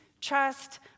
trust